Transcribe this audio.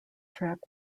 track